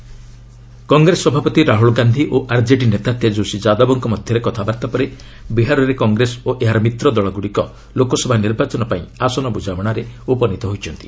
Bihar grand alliance Congress ସଭାପତି ରାହୁଲ୍ ଗାନ୍ଧି ଓ RJD ନେତା ତେଜସ୍ୱୀ ଯାଦବଙ୍କ ମଧ୍ୟରେ କଥାବାର୍ତ୍ତା ପରେ ବିହାରରେ କଂଗ୍ରେସ ଓ ଏହାର ମିତ୍ରଦଳଗୁଡ଼ିକ ଲୋକସଭା ନିର୍ବାଚନପାଇଁ ଆସନ ବୁଝାମଣାରେ ଉପନୀତ ହୋଇଛନ୍ତି